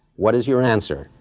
what is your answer?